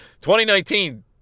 2019